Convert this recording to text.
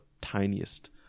tiniest